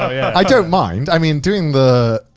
i yeah i don't mind. i mean, doing the,